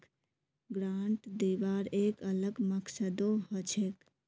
grant दिबार एक अलग मकसदो हछेक